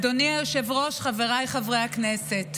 אדוני היושב-ראש, חבריי חברי הכנסת,